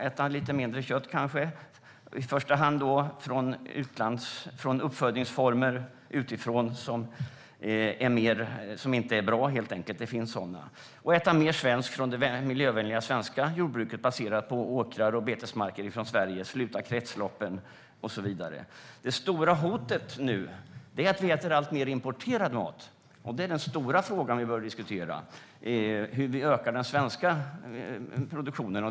Äta lite mindre kött kanske, i första hand mindre kött från uppfödningsformer utifrån som inte är bra. Det finns sådana. Vi kan äta mer från det miljövänliga svenska jordbruket baserat på åkrar och betesmarker, sluta kretsloppen och så vidare. Det stora hotet nu är att vi äter alltmer importerad mat. Den stora frågan som vi behöver diskutera är hur vi ökar den svenska produktionen.